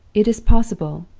it is possible,